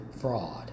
fraud